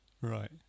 right